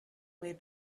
way